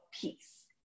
peace